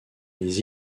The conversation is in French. les